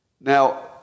Now